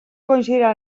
coincidirà